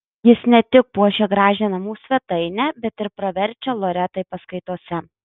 jis ne tik puošia gražią namų svetainę bet ir praverčia loretai paskaitose